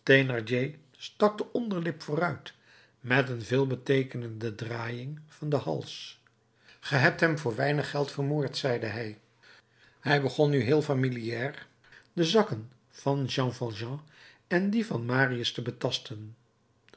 stak de onderlip vooruit met een veelbeteekenende draaiing van den hals ge hebt hem voor weinig geld vermoord zeide hij hij begon nu heel familiaar de zakken van jean valjean en die van marius te betasten